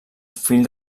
fill